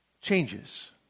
changes